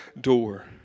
door